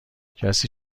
کسی